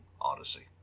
Odyssey